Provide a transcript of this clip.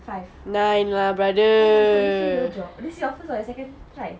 five oh my god you fail your job this your first or second try